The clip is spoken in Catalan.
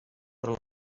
però